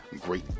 great